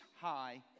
high